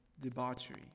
debauchery